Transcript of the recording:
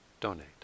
donate